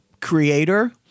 creator –